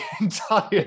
entire